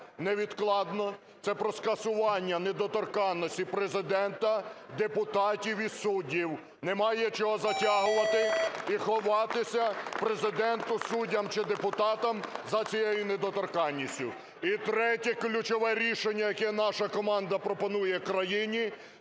невідкладно – це про скасування недоторканності Президента, депутатів і суддів. Немає чого затягувати і ховатися Президенту, суддям чи депутатам за цією недоторканністю. І третє, ключове, рішення, яке наша команда пропонує країні –